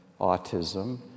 autism